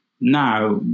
Now